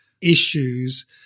issues